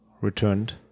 returned